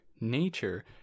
nature